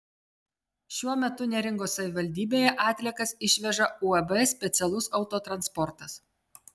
šiuo metu neringos savivaldybėje atliekas išveža uab specialus autotransportas